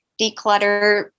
declutter